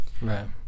right